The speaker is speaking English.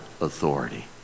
authority